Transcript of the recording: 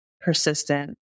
persistent